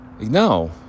No